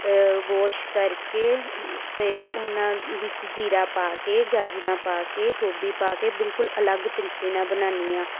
wash ਕਰਕੇ ਅਤੇ ਉਹਨਾਂ ਵਿੱਚ ਜੀਰਾ ਪਾ ਕੇ ਗਾਜਰਾਂ ਪਾ ਕੇ ਗੋਭੀ ਪਾ ਕੇ ਬਿਲਕੁਲ ਅਲੱਗ ਤਰੀਕੇ ਨਾਲ਼ ਬਣਾਉਂਦੀ ਹਾਂ